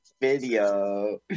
video